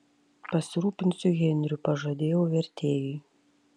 pasirūpinsiu henriu pažadėjau vertėjui